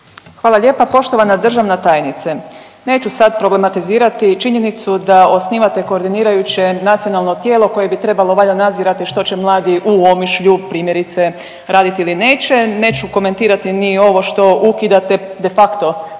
Hvala lijepa poštovana državna tajnice. Neću sad problematizirati činjenicu da osnivate koordinirajuće nacionalno tijelo koje bi trebalo valjda nadzirati što će mladi u Omišlju, primjerice, raditi ili neću. Neću komentirati ni ovo što ukidate, de facto